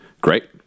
Great